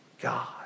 God